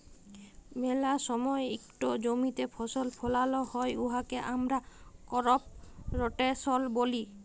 ম্যালা সময় ইকট জমিতে ফসল ফলাল হ্যয় উয়াকে আমরা করপ রটেশল ব্যলি